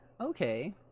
okay